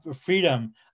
freedom